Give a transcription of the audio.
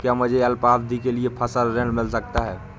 क्या मुझे अल्पावधि के लिए फसल ऋण मिल सकता है?